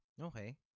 Okay